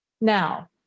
Now